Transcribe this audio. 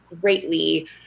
greatly